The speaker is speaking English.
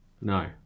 No